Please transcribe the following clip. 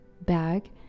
bag